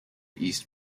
east